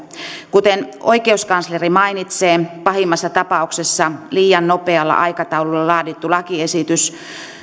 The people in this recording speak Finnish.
kuten oikeuskansleri mainitsee pahimmassa tapauksessa liian nopealla aikataululla laadittu lakiesitys